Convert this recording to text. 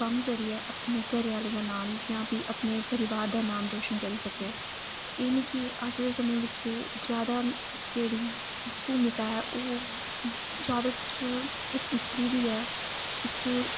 ओह् कम्म करियै अपने घरे आह्लें दा नाम जि'यां कि अपने परिवार दा नाम रोशन करी सकै एह् नी कि अज्ज दे समें बिच ज्यादा जेह्ड़ी भूमिका ऐ ओह् ज्यादा इक स्त्री दी ऐ इक